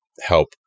help